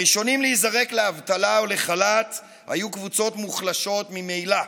הראשונים להיזרק לאבטלה ולחל"ת היו קבוצות מוחלשות ממילא,